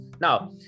now